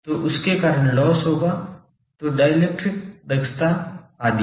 तो उसके कारण लॉस होगा तो डाइलेक्ट्रिक दक्षता आदि